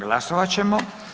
Glasovat ćemo.